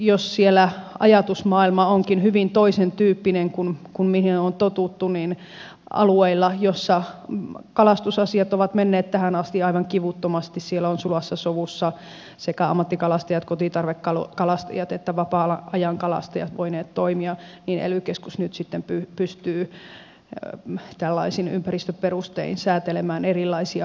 jos siellä ajatusmaailma onkin hyvin toisentyyppinen kuin mihin on totuttu niin alueilla joilla kalastusasiat ovat menneet tähän asti aivan kivuttomasti ja joilla ovat sulassa sovussa sekä ammattikalastajat kotitarvekalastajat että vapaa ajankalastajat voineet toimia ely keskus nyt pystyy ympäristöperustein säätelemään erilaisia asioita